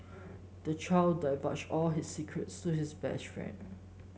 the child divulged all his secrets to his best friend